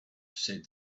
said